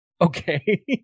Okay